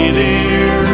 dear